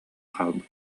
хаалбыт